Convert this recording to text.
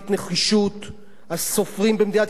הסופרים במדינת ישראל, מאות סופרים,